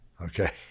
Okay